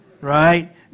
right